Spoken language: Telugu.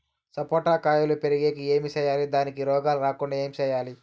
సపోట కాయలు పెరిగేకి ఏమి సేయాలి దానికి రోగాలు రాకుండా ఏమి సేయాలి?